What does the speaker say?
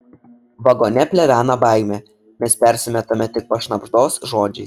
vagone plevena baimė mes persimetame tik pašnabždos žodžiais